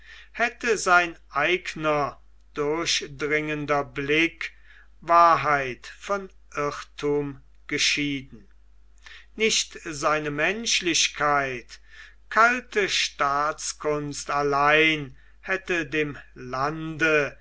hätte sein eigner durchdringender blick wahrheit von irrthum geschieden nicht seine menschlichkeit kalte staatskunst allein hätte dem lande